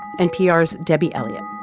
npr's debbie elliott